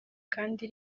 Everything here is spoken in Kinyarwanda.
kandi